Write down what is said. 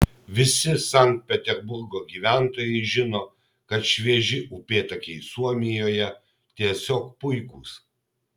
visi sankt peterburgo gyventojai žino kad švieži upėtakiai suomijoje tiesiog puikūs